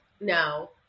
No